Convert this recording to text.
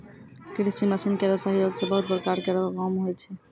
कृषि मसीन केरो सहयोग सें बहुत प्रकार केरो काम होय छै